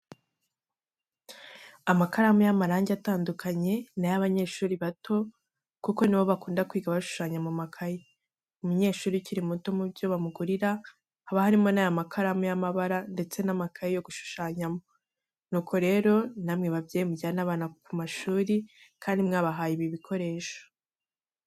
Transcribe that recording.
Amakaramu y'amarangi atandukanye, ni ay'abanyeshuri bato kuko nibo bakunda kwiga bashushanya mu makayi. Umunyeshuri ukiri muto mu byo bamugurira haba harimo n'aya makaramu y'amabara ndetse n'amakayi yo gushushanyamo. Nuko rero namwe babyeyi mujyane abana ku mashuri kandi mwabahaye n'ibi bikoresho.